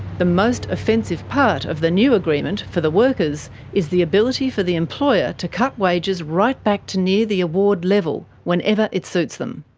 the most offensive part of the new agreement for the workers is the ability for the employer to cut wages right back to near the award level whenever it suits them.